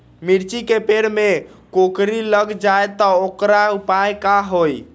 मिर्ची के पेड़ में कोकरी लग जाये त वोकर उपाय का होई?